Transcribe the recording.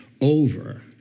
over